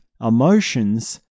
emotions